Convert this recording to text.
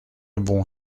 bon